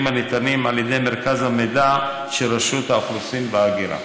הניתנים על ידי מרכז המידע של רשות האוכלוסין וההגירה.